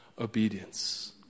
obedience